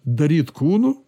daryt kūnu